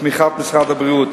בתמיכת משרד הבריאות.